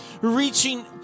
reaching